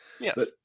Yes